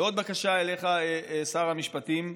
ועוד בקשה אליך, שר המשפטים.